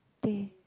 teh